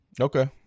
okay